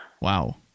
wow